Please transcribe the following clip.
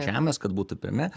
žemės kad būtų pirmi